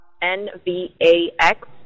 n-v-a-x